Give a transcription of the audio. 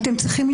תודה,